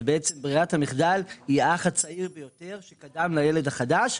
אז בעצם ברירת המחדל היא האח הצעיר ביותר שקדם לילד החדש,